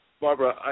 Barbara